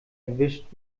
erwischt